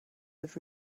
had